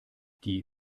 die